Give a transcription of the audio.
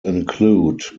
include